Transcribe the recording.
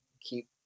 keep